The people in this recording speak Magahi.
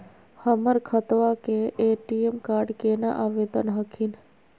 हमर खतवा के ए.टी.एम कार्ड केना आवेदन हखिन?